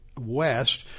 west